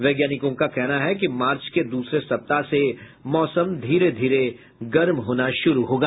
वैज्ञानिकों का कहना है कि मार्च के दूसरे सप्ताह से मौसम धीरे धीरे गर्म होना शुरू होगा